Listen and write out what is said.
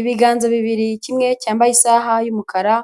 Ibiganza bibiri, kimwe cyambaye isaha y'umukara,